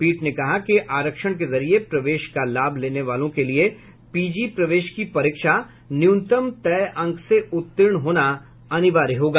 पीठ ने कहा कि आरक्षण के जरिए प्रवेश का लाभ लेने वाले के लिए पीजी प्रवेश की परीक्षा न्यूनतम तय अंक से उत्तीर्ण होना अनिवार्य होगा